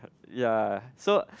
ya so